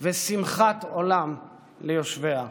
ושמחת עולם ליושביה".